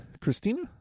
Christina